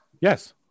yes